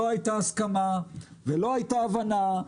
לא הייתה הסכמה ולא הייתה הבנה.